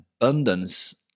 abundance